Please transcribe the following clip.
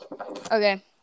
Okay